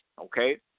okay